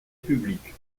publique